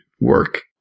work